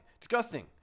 disgusting